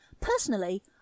Personally